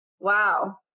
Wow